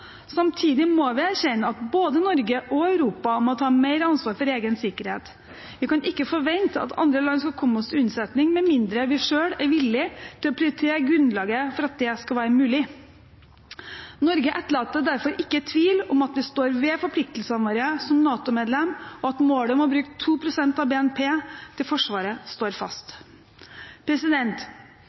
Samtidig må vi erkjenne at både Norge og Europa må ta mer ansvar for egen sikkerhet. Vi kan ikke forvente at andre land skal komme oss til unnsetning med mindre vi selv er villige til å prioritere grunnlaget for at det skal være mulig. Norge etterlater derfor ikke tvil om at vi står ved forpliktelsene våre som NATO-medlem, og at målet om å bruke 2 pst. av BNP til Forsvaret står fast.